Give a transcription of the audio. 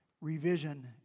revision